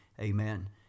amen